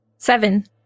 Seven